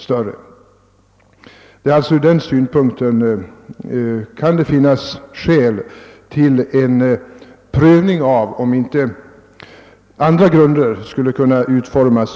Från den synpunkten kan det alltså finnas skäl att pröva om inte andra bestämmelser skulle kunna tillämpas.